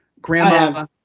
Grandma